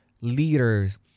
leaders